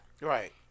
right